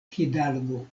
hidalgo